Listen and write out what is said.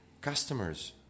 customers